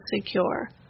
secure